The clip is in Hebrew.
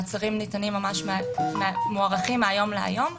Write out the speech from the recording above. מעצרים מוארכים מהיום להיום.